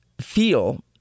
feel